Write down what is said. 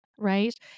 right